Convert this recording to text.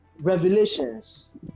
Revelations